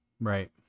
right